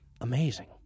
amazing